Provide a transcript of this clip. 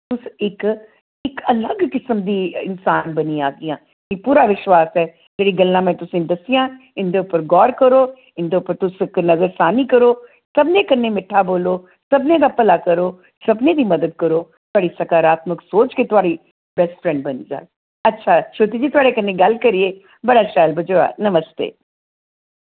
तुस इक इक अलग किसम दी इंसान बनी जागिया मी पूरा विश्वास ऐ जेह्ड़ी गल्ला में तुसें दस्सियां न इं'दे उप्पर गौर करो इं'दे उप्पर तुस इक नजरसानी करो सबंने कन्नै मिट्ठा बोल्लो सभनें दा भला करो सभनें दी मदद करो थोआढ़ी सकाराताम्क सोच गै थोआढ़ी बैस्ट फ्रेंड बनी जाग अच्छा श्रुती जी थोआढ़े कन्नै गल्ल करियै बड़ा शैल बझोआ नमस्ते